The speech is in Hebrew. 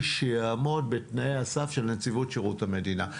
שיעמוד בתנאי הסף של נציבות שירות המדינה,